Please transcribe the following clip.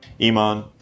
Iman